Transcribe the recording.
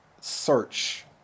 search